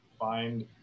find